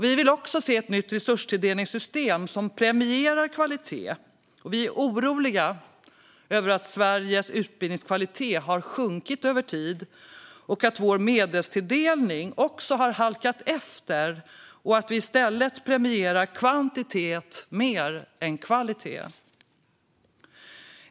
Vi vill även se ett nytt resurstilldelningssystem som premierar kvalitet. Vi är oroliga över att Sveriges utbildningskvalitet har sjunkit över tid och också att vår medelstilldelning har halkat efter. I stället premierar vi kvantitet mer än kvalitet.